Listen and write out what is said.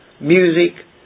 music